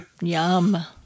Yum